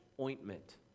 ointment